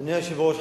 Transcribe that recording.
אדוני היושב-ראש,